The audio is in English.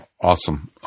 awesome